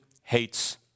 hates